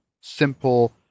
simple